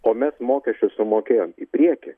o mes mokesčius sumokėjo į priekį